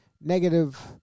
negative